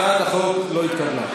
הצעת החוק לא התקבלה.